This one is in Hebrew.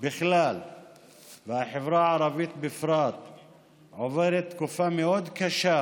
בכלל והחברה הערבית בפרט עוברת תקופה מאוד קשה,